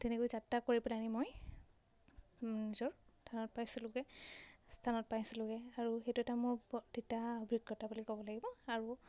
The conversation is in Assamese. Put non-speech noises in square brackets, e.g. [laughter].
তেনেকৈ যাত্ৰা কৰি পেলাহেনি মোৰ নিজৰ [unintelligible] পাইছিলোঁগৈ স্থানত পাইছিলোঁগৈ আৰু সেইটো এটা মোৰ তিতা [unintelligible] অভিজ্ঞতা বুলি ক'ব লাগিব আৰু